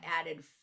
added